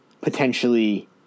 potentially